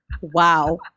wow